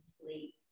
complete